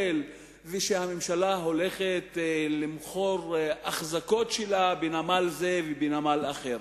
והממשלה הולכת למכור אחזקות שלה בנמל זה ובנמל אחר.